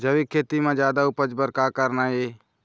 जैविक खेती म जादा उपज बर का करना ये?